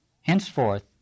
henceforth